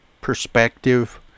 perspective